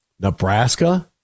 Nebraska